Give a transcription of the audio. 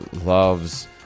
loves